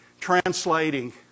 translating